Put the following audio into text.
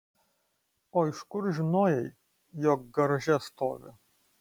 o iš kur žinojai jog garaže stovi